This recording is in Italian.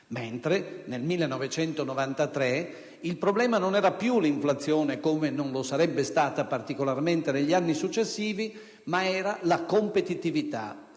mentre, nel 1993, il problema non era più l'inflazione, come non lo sarebbe stato particolarmente negli anni successivi, ma la competitività.